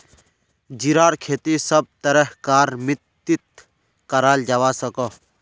जीरार खेती सब तरह कार मित्तित कराल जवा सकोह